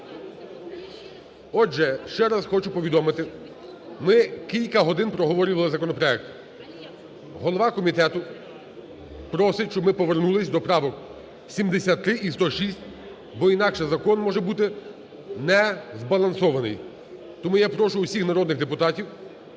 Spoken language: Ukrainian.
Отже, ще раз хочу повідомити, ми кілька годин проговорювали законопроект. Голова комітету просить, щоб ми повернулись до правок 73 і 106, бо інакше закон може бути незбалансований. Тому я прошу всіх народних депутатів